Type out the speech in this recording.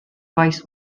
faes